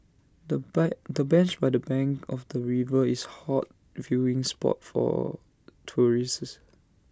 the the bench by the bank of the river is hot viewing spot for tourists